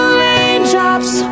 raindrops